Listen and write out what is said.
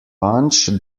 lunch